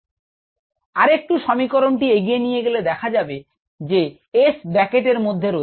𝒌𝟏 𝑬𝑺 আরেকটু সমীকরণটি এগিয়ে নিয়ে গেলে দেখা যাবে যে S ব্র্যাকেট এর মধ্যে রয়েছে